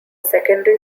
secondary